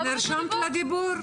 סליחה, נרשמת לדיבור?